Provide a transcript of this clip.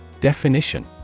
Definition